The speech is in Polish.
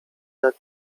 jak